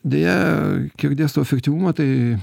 deja kiek dėstau efektyvumą tai